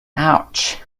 ouch